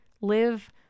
live